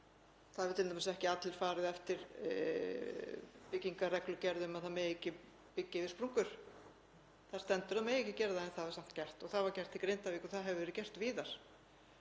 Það hafa t.d. ekki allir farið eftir byggingarreglugerðum um að það megi ekki byggja yfir sprungur. Þar stendur að það megi ekki gera en það er samt gert og það var gert í Grindavík og það hefur verið gert víðar.